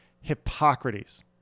Hippocrates